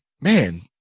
man